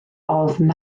ofn